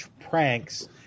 pranks